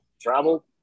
travel